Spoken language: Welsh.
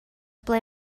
ble